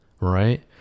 right